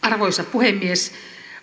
arvoisa puhemies